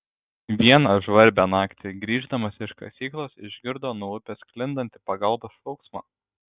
vieną žvarbią naktį grįždamas iš kasyklos išgirdo nuo upės sklindantį pagalbos šauksmą